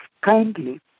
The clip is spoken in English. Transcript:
kindly